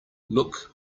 look